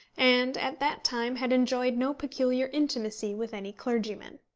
and at that time had enjoyed no peculiar intimacy with any clergyman.